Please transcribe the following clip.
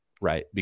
right